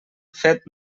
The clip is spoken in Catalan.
fet